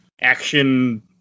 action